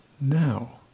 now